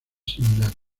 similares